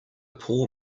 poor